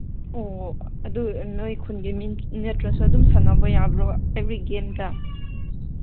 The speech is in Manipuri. ꯑꯣ ꯑꯗꯨ ꯅꯣꯏ ꯈꯨꯟꯒꯤ ꯃꯤ ꯅꯠꯇ꯭ꯔꯁꯨ ꯑꯗꯨꯝ ꯁꯥꯟꯅꯕ ꯌꯥꯕ꯭ꯔꯣ ꯒꯦꯝꯗ